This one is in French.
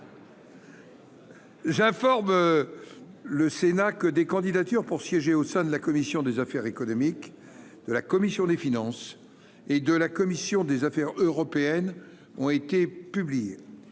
J'informe le Sénat que des candidatures pour siéger au sein de la commission des affaires économiques, de la commission des finances et de la commission des affaires européennes ont été publiées.